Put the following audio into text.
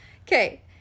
Okay